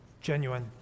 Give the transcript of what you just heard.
genuine